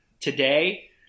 today